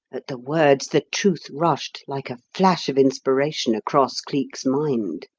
at the words the truth rushed like a flash of inspiration across cleek's mind.